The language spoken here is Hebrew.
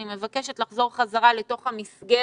אני מבקשת לחזור למסגרת